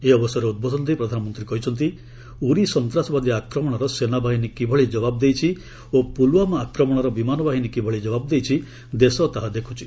ଏହି ଅବସରରେ ଉଦ୍ବୋଧନ ଦେଇ ପ୍ରଧାନମନ୍ତ୍ରୀ କହିଛନ୍ତି ଉରି ସନ୍ତାସବାଦୀ ଆକ୍ରମଣର ସେନାବାହିନୀ କିଭଳି ଜବାବ୍ ଦେଇଛି ଓ ଫୁଲ୍ୱାମା ଆକ୍ରମଣର ବିମାନ ବାହିନୀ କିଭଳି ଜବାବ ଦେଇଛି ଦେଶ ତାହା ଦେଖୁଛି